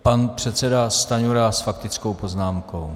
Pan předseda Stanjura s faktickou poznámkou.